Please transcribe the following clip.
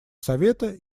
совета